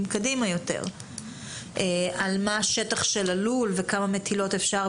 קדימה יותר על מה שטח הלול וכמה מטילות אפשר.